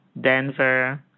Denver